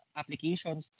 applications